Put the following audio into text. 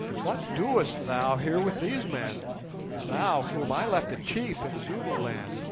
what doest thou here with these men thou whom i left a chief in zululand?